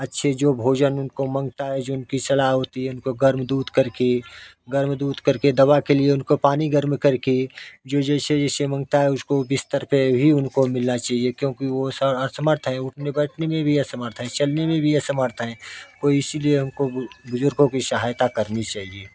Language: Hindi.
अच्छे जो भोजन उनको मांगता है जो उनकी सलाह होती है उनको गर्म दूध करके गर्म दूध करके दवा के लिए उनको पानी गर्म करके जो जैसे जैसे मांगता है उसको बिस्तर पर भी उनको मिलना चाहिए क्योंकि वह स असमर्थ है उठने बैठने में भी असमर्थ है चलने में भी असमर्थ है को इसीलिए हमको बुज़ुर्गों की सहायता करनी चाहिए